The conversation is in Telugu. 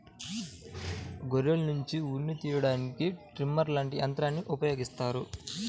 గొర్రెల్నుంచి ఉన్నిని తియ్యడానికి ట్రిమ్మర్ లాంటి యంత్రాల్ని ఉపయోగిత్తారు